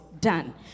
done